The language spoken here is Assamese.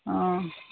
অঁ